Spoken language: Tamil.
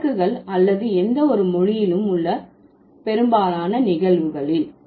வழக்குகள் அல்லது எந்தவொரு மொழியிலும் உள்ள பெரும்பாலான நிகழ்வுகளில்